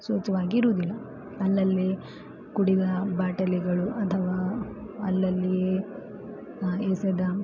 ಸ್ವಚ್ಛವಾಗಿರುವುದಿಲ್ಲ ಅಲ್ಲಲ್ಲಿ ಕುಡಿದ ಬಾಟಲಿಗಳು ಅಥವಾ ಅಲ್ಲಲ್ಲಿ ಎಸೆದ